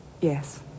Yes